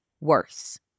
worse